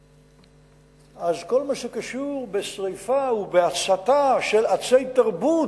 אז כל מה שקשור בשרפה ובהצתה של עצי תרבות,